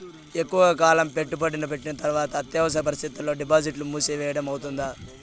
ఎక్కువగా కాలం పెట్టుబడి పెట్టిన తర్వాత అత్యవసర పరిస్థితుల్లో డిపాజిట్లు మూసివేయడం అవుతుందా?